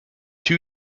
two